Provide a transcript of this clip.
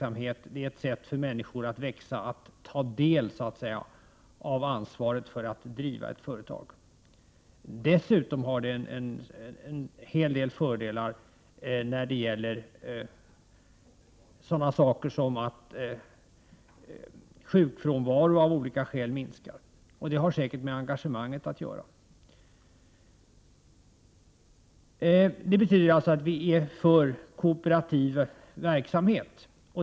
Att ta del av ansvaret för att driva ett företag är ett sätt för människor att växa. Dessutom har samägd verksamhet en hel del fördelar när det gäller sådant som att t.ex. sjukfrånvaron av olika skäl minskar, vilket säkert har med engagemanget att göra. Miljöpartiet är alltså för kooperativ verksamhet.